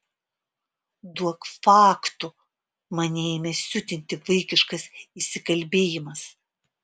duok faktų mane ėmė siutinti vaikiškas įsikalbėjimas